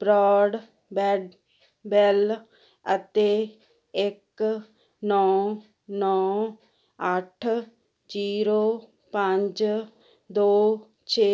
broad band well ਅਤੇ ਇੱਕ ਨੌਂ ਨੌਂ ਅੱਠ ਜੀਰੋ ਪੰਜ ਦੋ ਛੇ